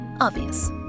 Obvious